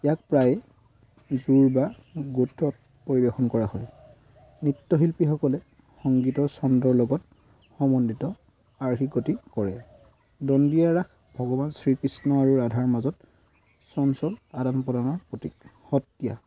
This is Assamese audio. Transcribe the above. ইয়াক প্ৰায় যোৰ বা গোটত পৰিৱেশন কৰা হয় নৃত্যশিল্পীসকলে সংগীতৰ চন্দৰ লগত সম্বন্ধিত আৰ্হি গতি কৰে দাণ্ডিয়া ৰাস ভগৱান শ্ৰীকৃষ্ণ আৰু ৰাধাৰ মাজত চঞ্চল আদান প্ৰদানৰ প্ৰতীক সত্ৰীয়া